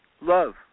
love